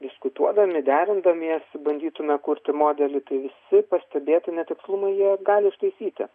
diskutuodami derindamiesi bandytume kurti modelį kai visi pastebėti netikslumai jie gali ištaisyti